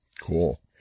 Cool